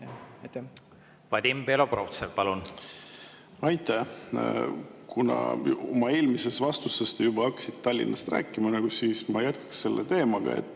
Vadim Belobrovtsev, palun! Aitäh! Kuna oma eelmises vastuses te juba hakkasite Tallinnast rääkima, siis ma jätkan selle teemaga.